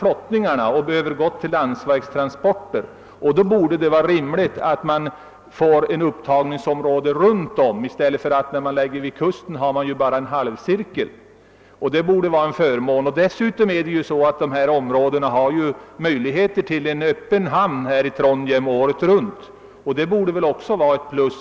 Flottningarna har upphört och ersatts med <landsvägstransporter, och då borde det vara en fördel att det finns ett industriråvaruområde runt omkring. Vid kusten blir det ju en halvcirkel. Dessutom har denna trakt av Jämtland i Trondheim en hamn som är öppen året runt, något som också borde beaktas.